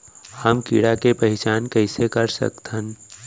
हम कीड़ा के पहिचान कईसे कर सकथन